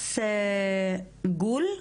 הדס גול,